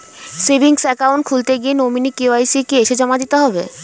Savings account খুলতে গিয়ে nominee KYC কি এসে জমা দিতে হবে?